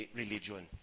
religion